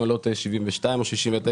72 או 69,